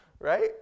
right